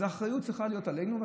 אז האחריות צריכה להיות עלינו,